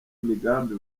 imigambi